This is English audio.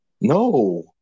No